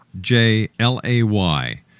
J-L-A-Y